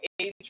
age